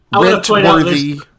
rent-worthy